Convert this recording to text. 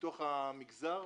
מתוך המגזר,